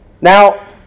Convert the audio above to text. Now